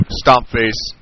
stomp-face